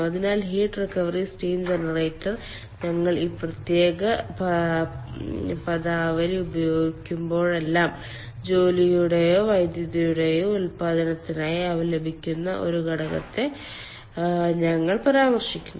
അതിനാൽ heat recovery steam generator ഞങ്ങൾ ഈ പ്രത്യേക പദാവലി ഉപയോഗിക്കുമ്പോഴെല്ലാം ജോലിയുടെയോ വൈദ്യുതിയുടെയോ ഉൽപാദനത്തിനായി ആവി ലഭിക്കുന്ന ഒരു ഘടകത്തെ ഞങ്ങൾ പരാമർശിക്കുന്നു